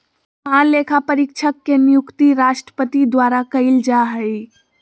महालेखापरीक्षक के नियुक्ति राष्ट्रपति द्वारा कइल जा हइ